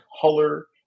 color